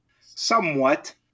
somewhat